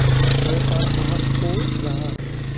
व्यापार कहाक को जाहा?